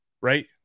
right